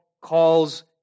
calls